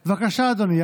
בבקשה, אדוני.